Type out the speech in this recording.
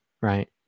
Right